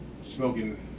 Smoking